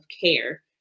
care